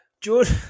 George